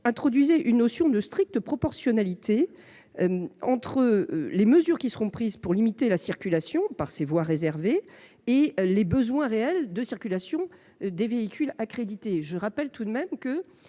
introduire la notion de stricte proportionnalité entre les mesures qui seront prises pour limiter la circulation la délimitation de voies réservées et les besoins réels de circulation des véhicules accrédités. Je rappelle que, outre